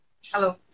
Hello